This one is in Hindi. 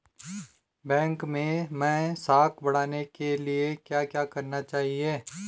बैंक मैं साख बढ़ाने के लिए क्या क्या करना चाहिए?